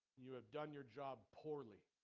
you've done your job poorly